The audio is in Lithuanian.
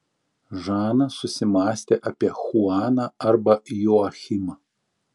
žana susimąstė apie chuaną arba joachimą